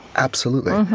absolutely.